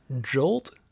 Jolt